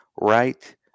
right